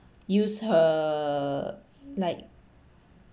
use her like